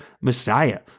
Messiah